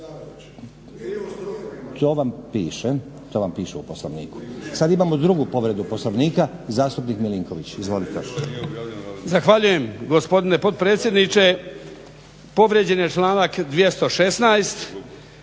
To vam piše u Poslovniku. Sad imamo drugu povredu poslovnika, zastupnik Milinković izvolite.